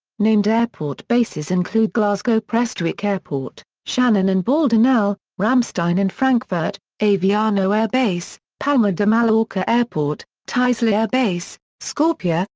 named airport bases include glasgow prestwick airport, shannon and baldonnel, ramstein and frankfurt, aviano air base, palma de mallorca airport, tuzla air base, skopje,